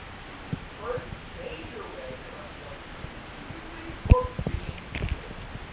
the first major way to earn points is the weekly book reading quiz.